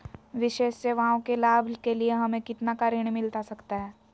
विशेष सेवाओं के लाभ के लिए हमें कितना का ऋण मिलता सकता है?